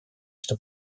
что